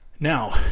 Now